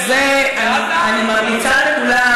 אני ממליצה לכולם,